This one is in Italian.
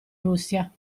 russia